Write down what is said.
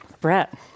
Brett